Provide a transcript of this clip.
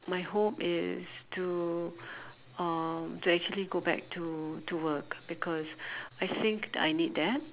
my hope is to uh to actually go back to to work because I think I need that